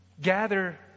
gather